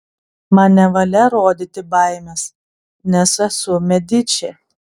man nevalia rodyti baimės nes esu mediči